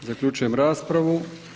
Zaključujem raspravu.